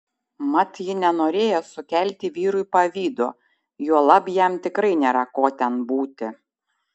mat ji nenorėjo sukelti vyrui pavydo juolab jam tikrai nėra ko ten būti